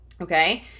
Okay